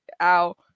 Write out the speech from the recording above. ow